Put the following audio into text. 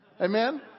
Amen